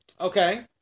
Okay